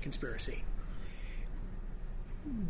conspiracy